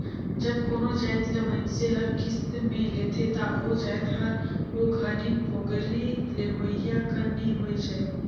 जब कोनो जाएत ल मइनसे हर किस्त में लेथे ता ओ जाएत हर ओ घनी पोगरी लेहोइया कर नी होए जाए